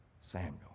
Samuel